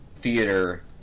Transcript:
theater